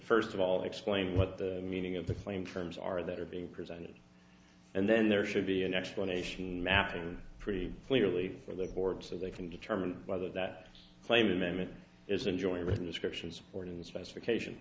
first of all explain what the meaning of the claim terms are that are being presented and then there should be an explanation map and pretty clearly for their board so they can determine whether that claim amendment is enjoying written descriptions or in the specifications